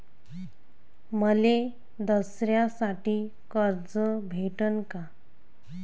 मले दसऱ्यासाठी कर्ज भेटन का?